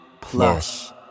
plus